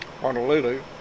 Honolulu